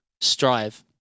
strive